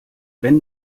wenn